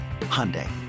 Hyundai